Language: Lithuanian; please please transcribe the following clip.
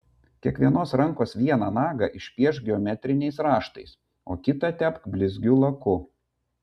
kiekvienos rankos vieną nagą išpiešk geometriniais raštais o kitą tepk blizgiu laku